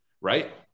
right